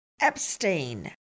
Epstein